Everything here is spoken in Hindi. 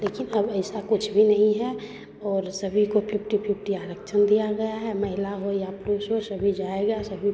लेकिन अब ऐसा कुछ भी नहीं है और सभी को फिफ्टी फिफ्टी आरक्षण दिया गया है महिला हो या पुरुष हो सभी जाएगा सभी